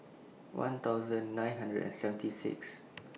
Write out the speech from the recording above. one thousand nine hundred and seventy Sixth